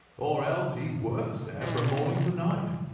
or else he works there from morning to night.